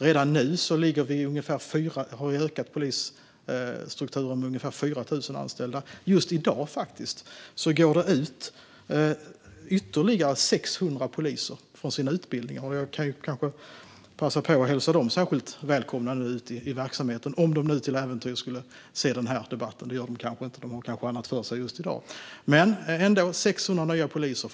Redan nu har polisstrukturen ökat med ca 4 000 anställda. Just i dag går ytterligare 600 poliser ut från utbildningen. Jag kan passa på att hälsa dem särskilt välkomna ut i verksamheten, om de till äventyrs skulle se den här debatten. Men de gör de nog inte eftersom de kanske har annat för sig i dag. Men det är ändå fråga om 600 nya poliser.